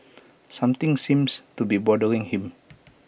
something seems to be bothering him